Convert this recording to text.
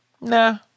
nah